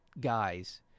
guys